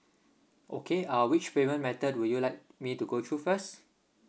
okay uh which payment method would you like me to go through first